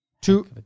Two